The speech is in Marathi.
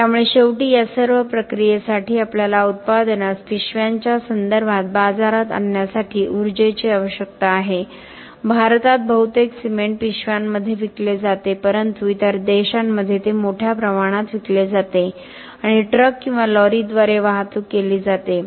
त्यामुळे शेवटी या सर्व प्रक्रियेसाठी आपल्याला उत्पादनास पिशव्यांच्या संदर्भात बाजारात आणण्यासाठी उर्जेची आवश्यकता आहे भारतात बहुतेक सिमेंट पिशव्यांमध्ये विकले जाते परंतु इतर देशांमध्ये ते मोठ्या प्रमाणात विकले जाते आणि ट्रक किंवा लॉरीद्वारे वाहतूक केली जाते